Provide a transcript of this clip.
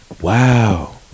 Wow